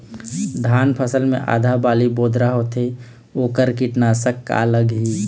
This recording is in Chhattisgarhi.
धान फसल मे आधा बाली बोदरा होथे वोकर कीटनाशक का लागिही?